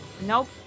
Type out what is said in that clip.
Nope